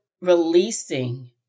releasing